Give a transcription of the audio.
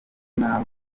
n’aho